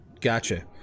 Gotcha